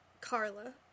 Carla